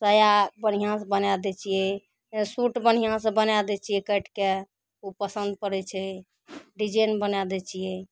साया बढ़िआँसे बनै दै छिए सूट बढ़िआँसे बनै दै छिए काटिके ओ पसन्द पड़ै छै डिजाइन बनै दै छिए